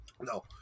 No